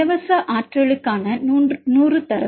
இலவச ஆற்றலுக்கான 100 தரவு